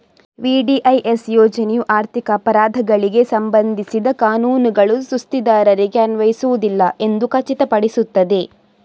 VDIS ಯೋಜನೆಯು ಆರ್ಥಿಕ ಅಪರಾಧಗಳಿಗೆ ಸಂಬಂಧಿಸಿದ ಕಾನೂನುಗಳು ಸುಸ್ತಿದಾರರಿಗೆ ಅನ್ವಯಿಸುವುದಿಲ್ಲ ಎಂದು ಖಚಿತಪಡಿಸುತ್ತದೆ